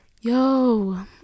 Yo